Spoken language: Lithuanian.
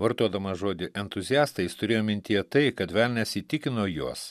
vartodamas žodį entuziastai jis turėjo mintyje tai kad velnias įtikino juos